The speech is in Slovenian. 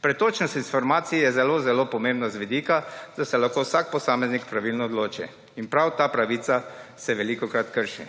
Pretočnost informacije je zelo pomembna z vidika, da se lahko vsak posameznik pravilno odloči, in prav ta pravica se velikokrat krši.